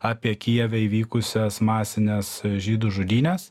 apie kijeve įvykusias masines žydų žudynes